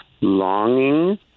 longing